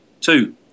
two